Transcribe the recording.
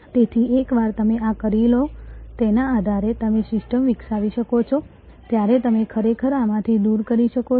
તેથી એકવાર તમે આ કરી લો તેના આધારે તમે સિસ્ટમો વિકસાવી શકો છો ત્યારે તમે ખરેખર આમાંથી દૂર કરી શકો છો